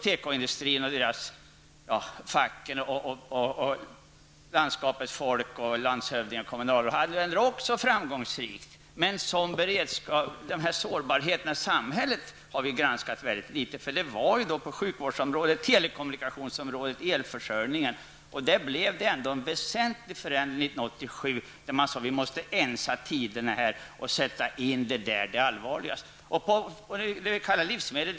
Tekoindustrin, dess fackförbund, landskapets folk och andra har också varit framgångsrika när det gällt att framföra sina argument. Det har också gällt landshövdingar, kommunalråd m.fl. Sårbarheten i samhället har vi dock granskat ganska litet. Det har gällt på bl.a. sjukvårdsområdet, telekommunikationsområdet och elförsörjningsområdet. Det blev dock en väsentlig förändring 1987 när det sades att det gällde att kunna vidta åtgärder på dessa viktiga områden.